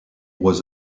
was